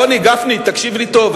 גפני, תקשיב לי טוב.